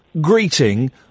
greeting